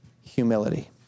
humility